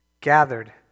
gathered